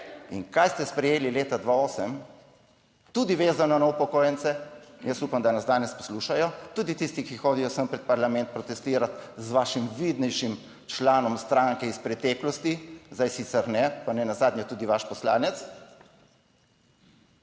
In kaj ste sprejeli leta 2008, tudi vezano na upokojence? Jaz upam, da nas danes poslušajo tudi tisti, ki hodijo sem pred parlament protestirati z vašim vidnejšim članom stranke iz preteklosti, zdaj sicer ne, pa nenazadnje tudi vaš poslanec.